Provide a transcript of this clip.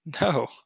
No